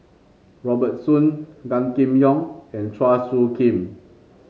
Robert Soon Gan Kim Yong and Chua Soo Khim